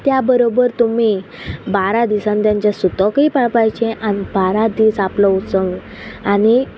त्या बरोबर तुमी बारा दिसान तांच्या सुतकूय पळपायचे आनी बारा दिस आपलो उत्सव आनी